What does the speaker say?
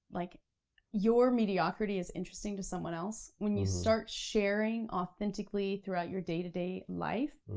like your mediocrity is interesting to someone else. when you start sharing authentically throughout your day-to-day life,